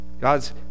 God's